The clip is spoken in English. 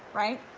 right?